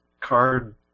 card